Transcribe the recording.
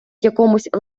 якомусь